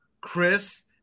Chris